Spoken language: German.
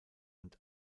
und